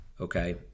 okay